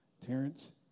Terrence